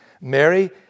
Mary